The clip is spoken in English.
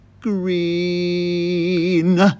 green